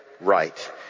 right